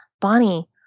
Bonnie